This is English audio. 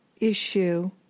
issue